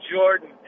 Jordan